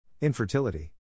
Infertility